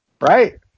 right